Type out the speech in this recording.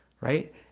Right